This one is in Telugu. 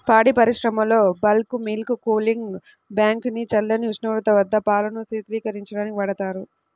పాడి పరిశ్రమలో బల్క్ మిల్క్ కూలింగ్ ట్యాంక్ ని చల్లని ఉష్ణోగ్రత వద్ద పాలను శీతలీకరించడానికి వాడతారు